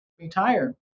retire